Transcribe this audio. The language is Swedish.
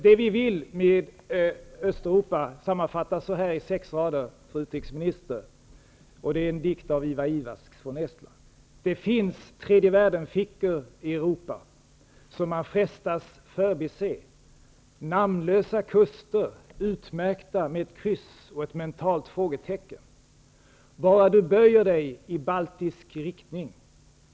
Det vi vill med Östeuropa kan sammanfattas så här i några rader, fru utrikesminister. Det är en dikt av Det finns tredjevärldenfickor i Europa som man frestas förbise, namnlösa kuster c1 > utmärkta med ett kryss och ett mentalt frågetecken.